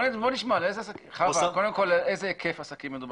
על איזה היקף עסקים מדובר?